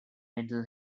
mental